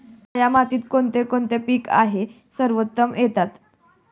काया मातीत कोणते कोणते पीक आहे सर्वोत्तम येतात?